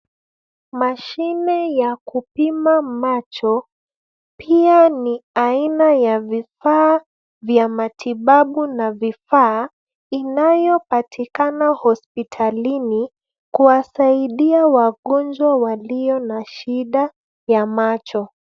Mashine ya kupima macho pia ni aina ya vifaa vya matibabu na vifaa inayo patikana hospitalini kuwasaidia wagonjwa walio na shida ya macho.